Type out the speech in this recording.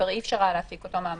כבר אי אפשר היה להשיג אותו מהמערכת.